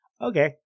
okay